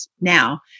now